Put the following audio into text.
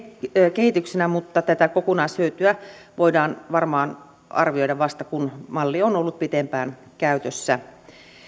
kehityksenä mutta tätä kokonaishyötyä voidaan varmaan arvioida vasta kun malli on ollut pitempään käytössä